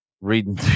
reading